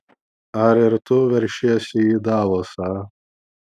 ar ir tu veršiesi į davosą